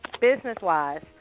business-wise